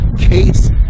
Case